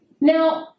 Now